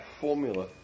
Formula